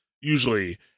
usually